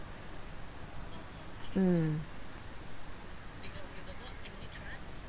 mm